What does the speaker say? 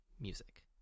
music